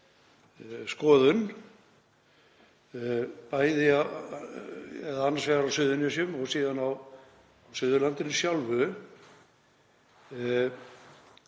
skoðun, annars vegar á Suðurnesjum og síðan á Suðurlandinu sjálfu.